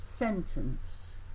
sentence